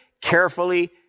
carefully